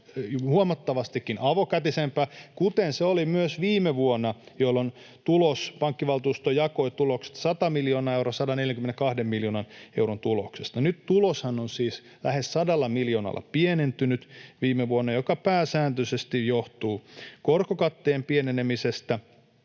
huomattavastikin avokätisempää, kuten se oli myös viime vuonna, jolloin pankkivaltuusto jakoi 100 miljoonaa euroa 142 miljoonan euron tuloksesta. Nythän tulos on siis lähes 100 miljoonalla pienentynyt viime vuonna, mikä pääsääntöisesti johtuu korkokatteen pienenemisestä.